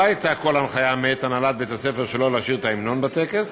לא הייתה כל הנחיה מאת הנהלת בית-הספר שלא לשיר את ההמנון בטקס.